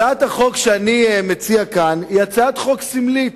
הצעת החוק שאני מציע כאן היא הצעת חוק סמלית,